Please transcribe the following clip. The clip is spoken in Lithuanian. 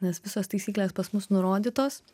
nes visos taisyklės pas mus nurodytos